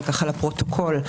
אבל לפרוטוקול,